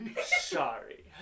sorry